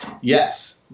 Yes